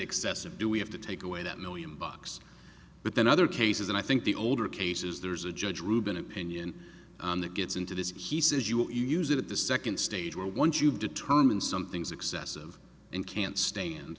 excessive do we have to take away that million bucks but then other cases and i think the older cases there's a judge rubin opinion on that gets into this he says you will use it at the second stage where once you determine something's excessive and can't stand